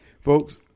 Folks